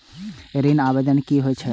ऋण आवेदन की होय छै?